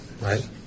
right